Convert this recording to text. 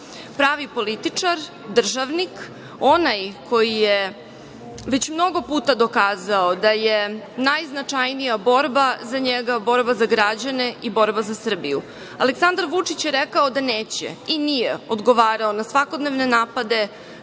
jači. Pravi političar, državnik, onaj koji je već mnogo puta dokazao da je najznačajnija borba za njega borba za građane i borba za Srbiju, Aleksandar Vučić je rekao da neće i nije odgovarao na svakodnevne napade,